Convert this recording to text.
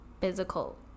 physical